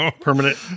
permanent